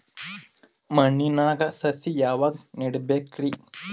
ಮಣ್ಣಿನಾಗ ಸಸಿ ಯಾವಾಗ ನೆಡಬೇಕರಿ?